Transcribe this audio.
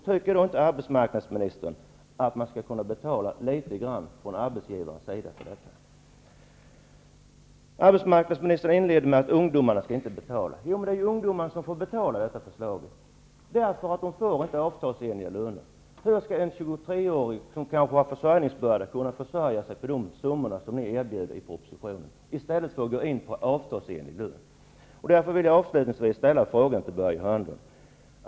Tycker inte arbetsmarknadsministern att arbetsgivaren skulle kunna betala litet grand för detta? Arbetsmarknadsministern inledde med att säga att det inte är ungdomarna som skall få betala. Det är ju ungdomarna som får betala för detta förslag, eftersom de inte får avtalsenliga löner. Hur skall en 23-åring som kanske har försörjningsbörda kunna försörja sig på de summor som ni erbjuder i propositionen, i stället för avtalsenlig lön? Hörnlund.